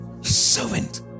servant